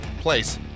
place